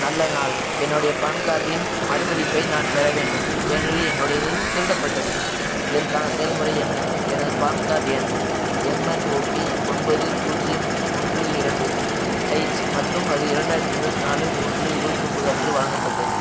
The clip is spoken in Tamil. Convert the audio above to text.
நல்ல நாள் என்னுடைய பான்கார்டின் மறுபதிப்பை நான் பெற வேண்டும் ஏனெனில் என்னோடையது திருடப்பட்டது இதற்கான செயல்முறை என்ன எனது பான்கார்டு எண் எம்என்ஓபி ஒன்பது பூஜ்ஜியம் ஒன்று இரண்டு ஹைச் மற்றும் அது இரண்டாயிரத்தி இருபத்து நாலு ஒன்று இருபத்து ஒம்பது அன்று வழங்கப்பட்டது